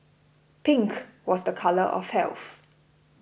pink was the colour of health